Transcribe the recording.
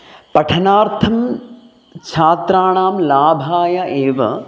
पठनार्थं छात्राणां लाभाय एव